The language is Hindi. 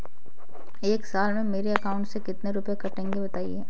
एक साल में मेरे अकाउंट से कितने रुपये कटेंगे बताएँ?